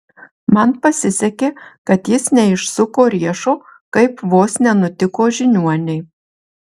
man pasisekė kad jis neišsuko riešo kaip vos nenutiko žiniuonei